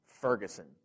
Ferguson